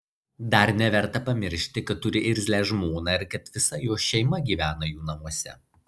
dar neverta pamiršti kad turi irzlią žmoną ir kad visa jos šeima gyvena jų namuose